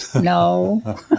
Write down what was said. No